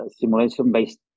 simulation-based